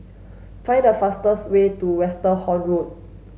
find the fastest way to Westerhout Road